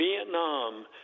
Vietnam